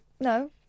No